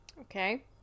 okay